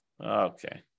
Okay